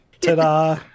Ta-da